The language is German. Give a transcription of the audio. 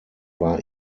war